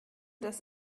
das